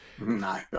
No